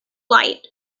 light